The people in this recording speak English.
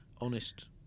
honest